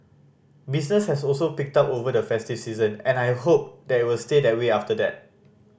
business has also picked up over the festive season and I hope that will stay that way after that